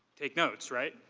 take notes right?